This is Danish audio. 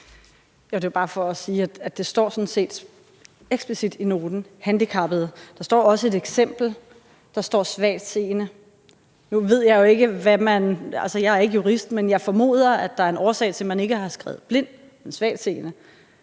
set står eksplicit i noten: »handicappede«. Der står også et eksempel; der står »svagtseende«. Altså, jeg er ikke jurist, men jeg formoder, at der er en årsag til, at man ikke har skrevet »blind«, men »svagtseende«